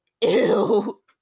ew